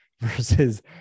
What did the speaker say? versus